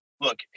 Look